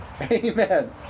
Amen